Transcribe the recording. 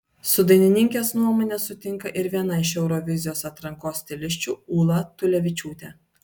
su dainininkės nuomone sutinka ir viena iš eurovizijos atrankos stilisčių ūla tulevičiūtė